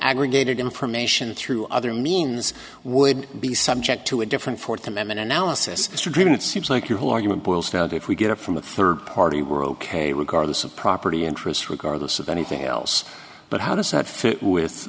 information through other means would be subject to a different fourth amendment analysis stream it seems like your whole argument boils down to if we get it from a third party we're ok regardless of property interests regardless of anything else but how does that fit with